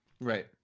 Right